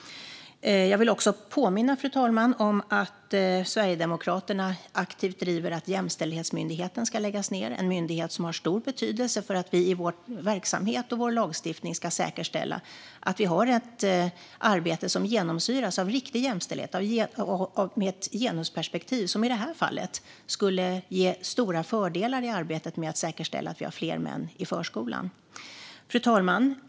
Jag vill också påminna om att Sverigedemokraterna aktivt driver att Jämställdhetsmyndigheten ska läggas ned. Det är en myndighet som har stor betydelse för att vi i vår verksamhet och lagstiftning ska säkerställa att vi har ett arbete som genomsyras av riktig jämställdhet och ett genusperspektiv. Det skulle i det här fallet ge stora fördelar i arbetet med att säkerställa att vi har fler män som arbetar i förskolan. Fru talman!